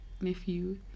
nephew